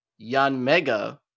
Yanmega